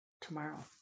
tomorrow